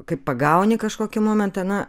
kai pagauni kažkokį momentą na